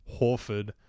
Horford